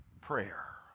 Prayer